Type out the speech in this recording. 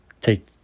take